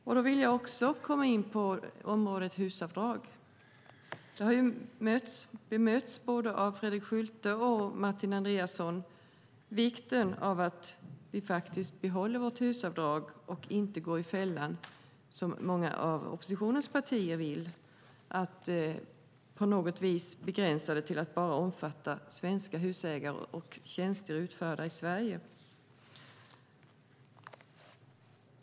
När det gäller HUS-avdragen har både Fredrik Schulte och Martin Andreasson påtalat vikten av att vi behåller det och inte går i den fälla som många av oppositionens partier vill genom att begränsa det till att omfatta bara svenska husägare och tjänster utförda i Sverige.